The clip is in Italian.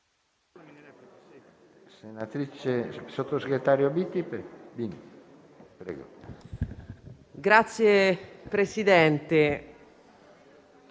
Grazie Presidente.